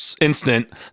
instant